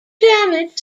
damage